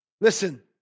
Listen